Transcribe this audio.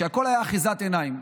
שהכול היה אחיזת עיניים.